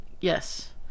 Yes